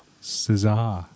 Caesar